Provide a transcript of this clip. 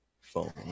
phone